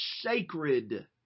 sacred